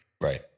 right